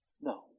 No